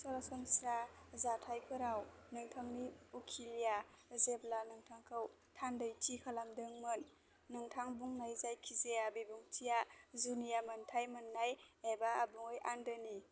सरासनस्रा जाथायफोराव नोंथांनि उखिला जेब्ला नोंथांखौ थान्दैथि खालामदोंमोन नोंथां बुंनाय जायखिजाया बिबुंथिया जुनिया मोनथाय मोननाय एबा आबुङै आन्दोनि